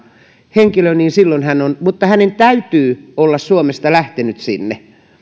niin silloin hän on mutta hänen täytyy olla suomesta lähtenyt sinne